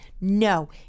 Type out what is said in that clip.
No